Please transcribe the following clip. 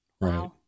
Right